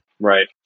Right